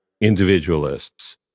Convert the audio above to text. individualists